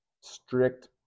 strict